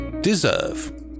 Deserve